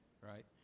right